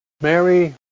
Mary